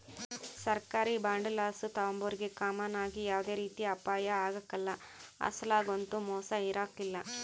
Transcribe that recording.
ಸರ್ಕಾರಿ ಬಾಂಡುಲಾಸು ತಾಂಬೋರಿಗೆ ಕಾಮನ್ ಆಗಿ ಯಾವ್ದೇ ರೀತಿ ಅಪಾಯ ಆಗ್ಕಲ್ಲ, ಅಸಲೊಗಂತೂ ಮೋಸ ಇರಕಲ್ಲ